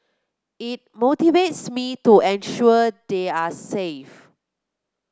it motivates me to ensure they are safe